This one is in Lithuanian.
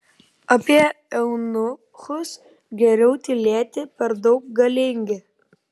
apie eunuchus geriau tylėti per daug galingi